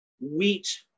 wheat